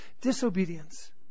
Disobedience